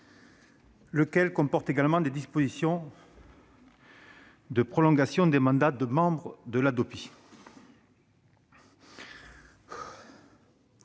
lequel comporte également des dispositions de prolongation des mandats des membres de la